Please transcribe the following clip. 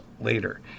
later